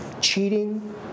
cheating